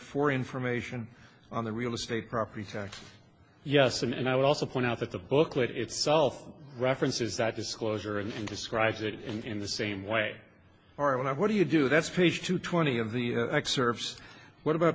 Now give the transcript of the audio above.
for information on the real estate property tax yes and i would also point out that the booklet itself references that disclosure and describes it in the same way are when i what do you do that's page two twenty of the service what about